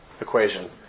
equation